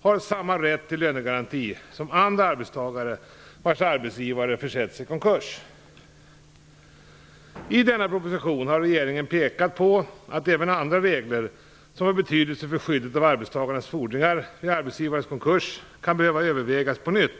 har samma rätt till lönegaranti som andra arbetstagare vars arbetsgivare försätts i konkurs. I denna proposition har regeringen pekat på att även andra regler som har betydelse för skyddet av arbetstagarnas fordringar vid arbetsgivarens konkurs kan behöva övervägas på nytt.